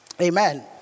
Amen